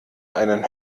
einen